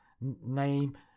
name